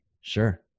Sure